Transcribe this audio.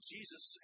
Jesus